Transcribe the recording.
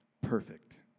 perfect